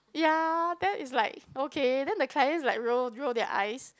ya then is like okay then the clients like roll roll their eyes